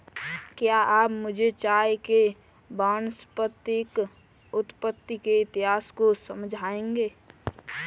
क्या आप मुझे चाय के वानस्पतिक उत्पत्ति के इतिहास को समझाएंगे?